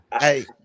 hey